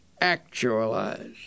actualize